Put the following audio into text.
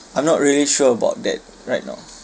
I'm not really sure about that right now